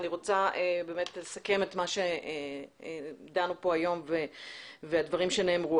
אני רוצה לסכם את הדיון שהתקיים כאן היום ואת הדברים שנאמרו.